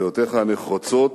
דעותיך הנחרצות,